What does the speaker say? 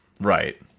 Right